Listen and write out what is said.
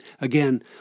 Again